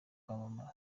kwamamaza